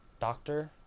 Doctor